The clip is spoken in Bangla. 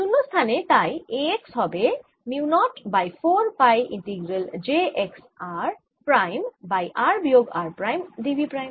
শূন্য স্থানে তাই A x হবে mu 0 by 4 pi integral j x r prime by r বিয়োগ r prime d v prime